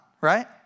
right